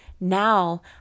now